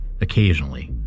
occasionally